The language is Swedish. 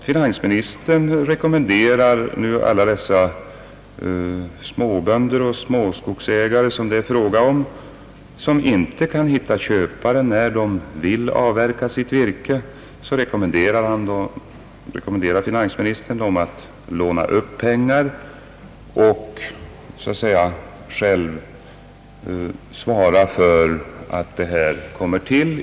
Finansministern rekommenderar nu alla dessa småbönder och små skogsägare, som inte kan hitta köpare när de vill avverka sitt virke, att låna upp pengar och själva svara för upparbetningen av det virke det här är fråga om.